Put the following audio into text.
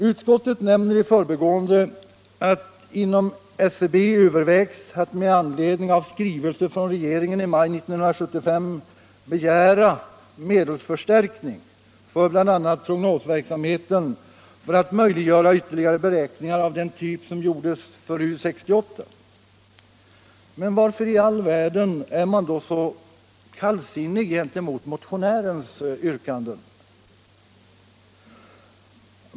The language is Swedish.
Utskottet nämner i förbigående att ”inom SCB övervägs att med anledning av skrivelse från regeringen i maj 1975 begära medelsförstärkning för bl.a. prognosverksamheten för att möjliggöra ytterligare beräkningar av den typ som gjordes för U 68”. Men varför i all världen är utskottet då så kallsinnigt gentemot motionsyrkandet?